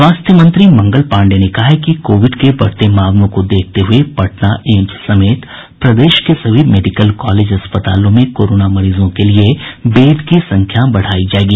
स्वास्थ्य मंत्री मंगल पांडेय ने कहा है कि कोविड के बढ़ते मामलों को देखते हए पटना एम्स समेत प्रदेश के सभी मेडिकल कॉलेज अस्पतालों में कोरोना मरीजों के लिए बेड की संख्या बढ़ायी जायेगी